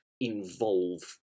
involve